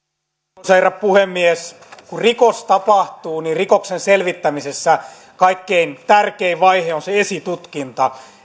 arvoisa herra puhemies kun rikos tapahtuu niin rikoksen selvittämisessä kaikkein tärkein vaihe on esitutkinta